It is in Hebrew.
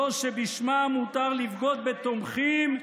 זאת שבשמה מותר לבגוד בתומכים,